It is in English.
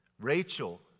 Rachel